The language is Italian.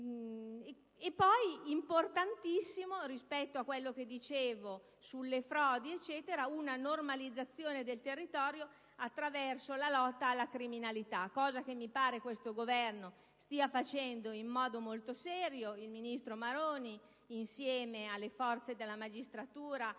E poi, importantissima, rispetto a quello che dicevo sulle frodi, è una normalizzazione del territorio attraverso la lotta alla criminalità, cosa che mi pare questo Governo stia facendo in modo molto serio. Il ministro Maroni insieme alle forze della magistratura,